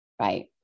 right